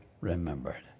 remembered